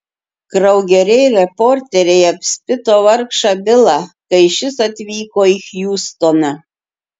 kraugeriai reporteriai apspito vargšą bilą kai šis atvyko į hjustoną